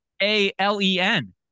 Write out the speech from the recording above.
A-L-E-N